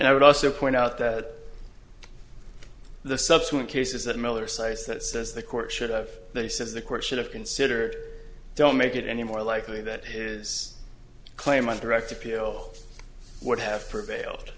i would also point out that the subsequent cases that miller cites that says the court should have they said the court should have considered don't make it any more likely that his claim on direct appeal would have prevailed